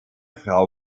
frau